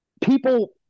People